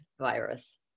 virus